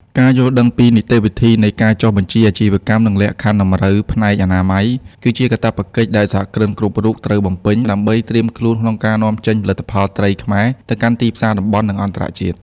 ការយល់ដឹងពីនីតិវិធីនៃការចុះបញ្ជីអាជីវកម្ម និងលក្ខខណ្ឌតម្រូវផ្នែកអនាម័យ គឺជាកាតព្វកិច្ចដែលសហគ្រិនគ្រប់រូបត្រូវបំពេញ ដើម្បីត្រៀមខ្លួនក្នុងការនាំចេញផលិតផលត្រីខ្មែរទៅកាន់ទីផ្សារតំបន់ និងអន្តរជាតិ។